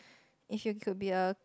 it should could be a